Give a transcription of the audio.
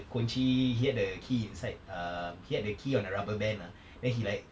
kunci he had the key inside err he had the key on the rubber band ah then he like